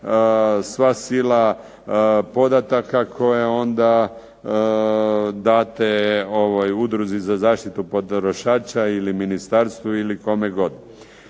sva sila podataka koje onda date udruzi za zaštitu potrošača, ili ministarstvu, ili kome god.